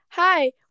Hi